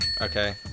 Okay